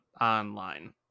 online